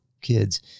kids